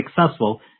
successful